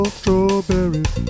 strawberries